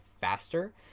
faster